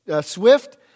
swift